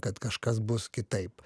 kad kažkas bus kitaip